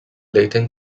leyton